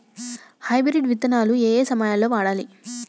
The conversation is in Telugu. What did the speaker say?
హైబ్రిడ్ విత్తనాలు ఏయే సమయాల్లో వాడాలి?